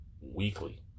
weekly